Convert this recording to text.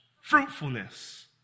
fruitfulness